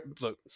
look